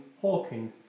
hawking